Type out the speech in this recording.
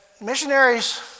missionaries